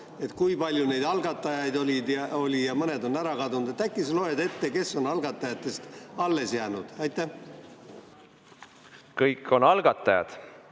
kui palju neid algatajaid oli ja mõned on ära kadunud. Äkki sa loed ette, kes on algatajatest alles jäänud? Aitäh, lugupeetud